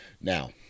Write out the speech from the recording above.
Now